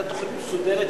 והיתה תוכנית מסודרת,